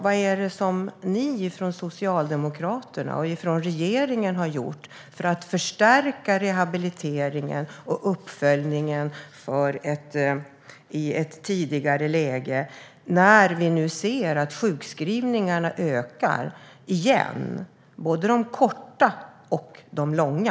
Vad är det Socialdemokraterna och regeringen har gjort för att förstärka rehabiliteringen och uppföljningen i ett tidigare läge? Vi ser att sjukskrivningarna ökar igen. Det gäller både de korta och de långa.